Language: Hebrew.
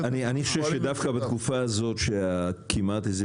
אני חושב שדווקא בתקופה הזאת שכמעט איזה